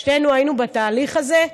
שתינו היינו בתהליך הזה.